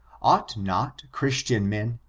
ought not christian men,